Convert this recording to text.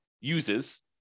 uses